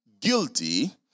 guilty